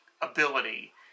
ability